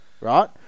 right